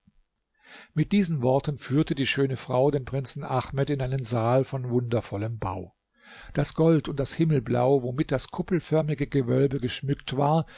mit diesen worten führte die schöne frau den prinzen ahmed in einen saal von wundervollem bau das gold und das himmelblau womit das kuppelförmige gewölbe geschmückt war